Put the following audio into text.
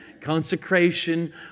Consecration